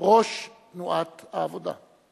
ראש תנועת העבודה.